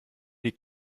die